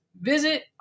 visit